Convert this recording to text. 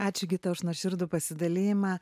atlygį už nuoširdų pasidalijimą